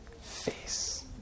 face